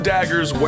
Daggers